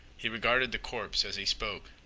he regarded the corpse as he spoke.